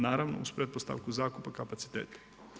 Naravno, uz pretpostavku zakupa kapaciteta.